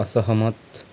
असहमत